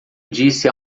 disse